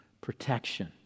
protection